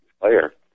player